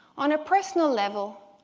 on a personal level,